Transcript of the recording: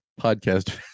podcast